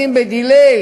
לשים ב-delay